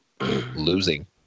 losing